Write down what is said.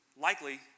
likely